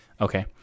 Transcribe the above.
Okay